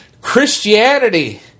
Christianity